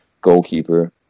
goalkeeper